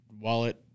wallet